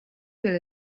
will